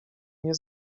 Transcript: nie